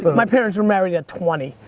but my parents were married at twenty.